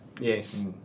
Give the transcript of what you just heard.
Yes